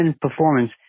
performance